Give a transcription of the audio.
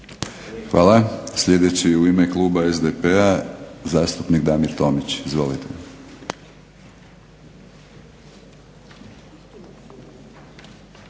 Hvala. Sljedeći u ime kluba SDP-a zastupnik Damir Tomić. Izvolite.